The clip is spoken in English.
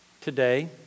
today